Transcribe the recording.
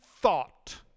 thought